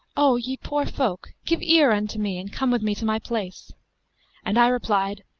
o ye poor folk, give ear unto me and come with me to my place and i replied,